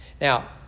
Now